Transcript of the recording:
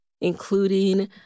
including